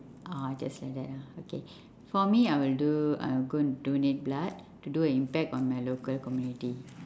orh just like that ah okay for me I will do I'll go and donate blood to do an impact on my local community